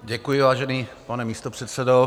Děkuji, vážený pane místopředsedo.